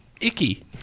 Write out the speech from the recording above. Icky